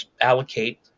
allocate